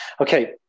Okay